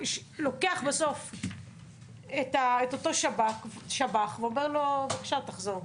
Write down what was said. לוקח בסוף את אותו שב"ח ואומר לו: בבקשה, תחזור.